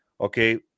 Okay